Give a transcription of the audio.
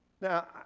Now